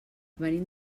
venim